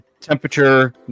temperature